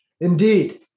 Indeed